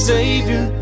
Savior